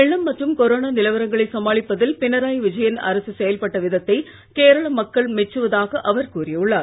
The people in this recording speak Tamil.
வெள்ளம்மற்றும்கொரோனாநிலவரங்களைசமாளிப்பதில்பினராய்விஜய ன்அரசுசெயல்பட்டவிதத்தைகேரளமக்கள்மெச்சுவதாகஅவர்கூறியுள்ளார்